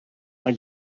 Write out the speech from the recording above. mae